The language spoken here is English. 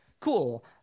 Cool